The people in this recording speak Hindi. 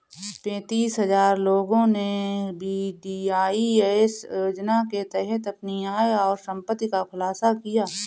पेंतीस हजार लोगों ने वी.डी.आई.एस योजना के तहत अपनी आय और संपत्ति का खुलासा किया